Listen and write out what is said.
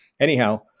Anyhow